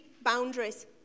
boundaries